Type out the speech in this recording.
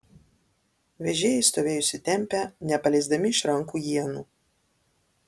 vežėjai stovėjo įsitempę nepaleisdami iš rankų ienų